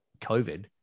covid